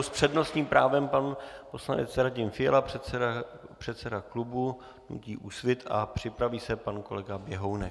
S přednostním právem pan poslanec Radim Fiala, předseda klubu hnutí Úsvit, a připraví se pan kolega Běhounek.